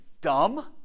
Dumb